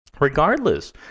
regardless